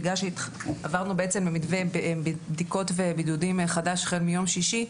בגלל שעברנו בעצם למתווה בדיקות ובידודים חדש החל מיום שישי,